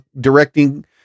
directing